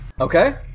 okay